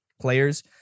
players